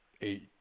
eight